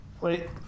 wait